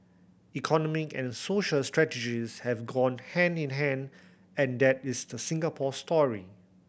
economic and social strategies have gone hand in hand and that is the Singapore story